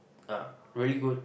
ah really good